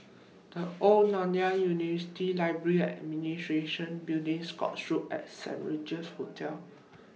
The Old Nanyang University Library and Administration Building Scotts Road and Saint Regis Hotel